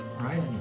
right